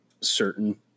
certain